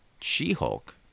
She-Hulk